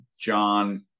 John